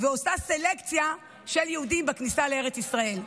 ועושה סלקציה של יהודים בכניסה לארץ ישראל.